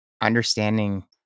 understanding